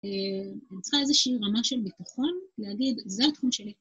צריכה איזושהי רמה של ביטחון להגיד, זה התחום שלי.